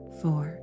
four